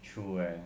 true eh